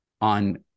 on